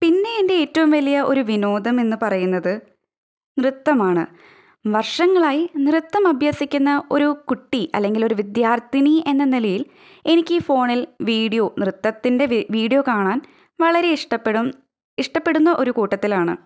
പിന്നെ എൻ്റെ ഏറ്റവും വലിയ ഒരു വിനോദം എന്നു പറയുന്നത് നൃത്തമാണ് വർഷങ്ങളായി നൃത്തം അഭ്യസിക്കുന്ന ഒരു കുട്ടി അല്ലെങ്കിലൊരു വിദ്യാർത്ഥിനി എന്ന നിലയിൽ എനിക്കീ ഫോണിൽ വീഡിയോ നൃത്തത്തിൻ്റെ വീഡിയോ കാണാൻ വളരെ ഇഷ്ടപ്പെടും ഇഷ്ടപ്പെടുന്ന ഒരു കൂട്ടത്തിലാണ്